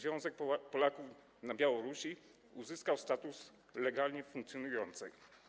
Związek Polaków na Białorusi, uzyskała status legalnie funkcjonującej.